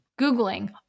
Googling